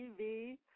TV